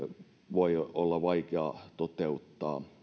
voi olla vaikea toteuttaa